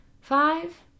Five